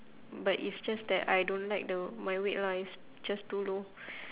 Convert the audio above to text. but it's just that I don't like the my weight lah it's just too low